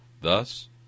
Thus